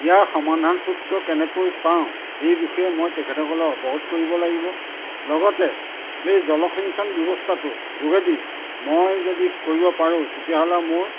ইয়াৰ সমাধান সূত্ৰ কেনেকৈ পাওঁ এই বিষয়ে মই তেখেতসকলক অৱগত কৰিব লাগিব লগতে এই জলসিঞ্চন ব্যৱস্থাটো যোগেদি মই যদি কৰিব পাৰোঁ তেতিয়াহ'লে মোৰ